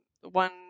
one